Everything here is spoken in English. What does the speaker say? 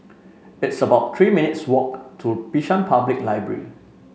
it's about Three minutes' walk to Bishan Public Library